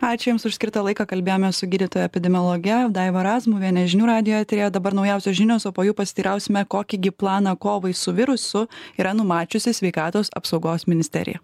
ačiū jums už skirtą laiką kalbėjomės su gydytoja epidemiologe daiva razmuviene žinių radijo eteryje dabar naujausios žinios o po jų pasiteirausime kokį gi planą kovai su virusu yra numačiusi sveikatos apsaugos ministerija